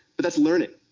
but thatis learning.